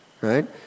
right